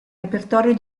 repertorio